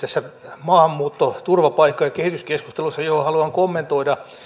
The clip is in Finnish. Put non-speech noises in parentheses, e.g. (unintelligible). (unintelligible) tässä maahanmuutto turvapaikka ja kehityskeskustelussa johon haluan kommentoida